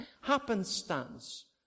happenstance